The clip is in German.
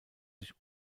sich